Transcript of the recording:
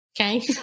Okay